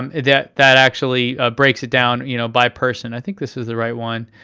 um that that actually ah breaks it down you know by person. i think this is the right one.